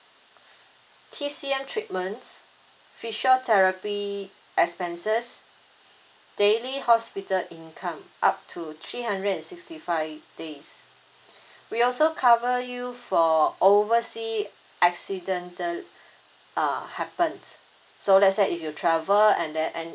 T_C_M treatments physiotherapy expenses daily hospital income up to three hundred and sixty five days we also cover you for oversea accidental uh happens so let's say if you travel and then and